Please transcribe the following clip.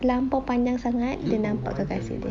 terlampau panjang sangat dia nampak kekasih dia